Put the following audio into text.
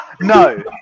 No